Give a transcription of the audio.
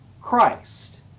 Christ